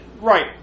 Right